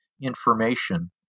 information